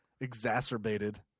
exacerbated